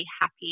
happy